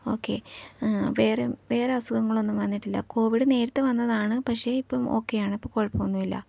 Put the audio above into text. okay വേറെ വേറെ അസുഖങ്ങളൊന്നും വന്നിട്ടില്ല കോവിഡ് നേരത്തെ വന്നതാണ് പക്ഷേ ഇപ്പോള് ഓക്കെയാണ് ഇപ്പോള് കുഴപ്പമൊന്നുമില്ല